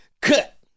Cut